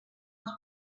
els